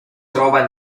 trova